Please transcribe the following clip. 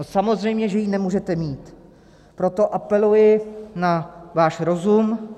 A samozřejmě že ji nemůžete mít, proto apeluji na váš rozum.